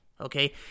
Okay